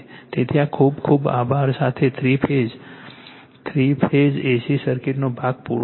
તેથી ખૂબ ખૂબ આભાર સાથે three phase three phase A C સર્કિટનો ભાગ પૂરો થયો